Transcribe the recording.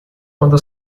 quando